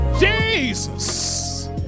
Jesus